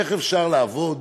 איך אפשר לעבוד